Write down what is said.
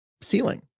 ceiling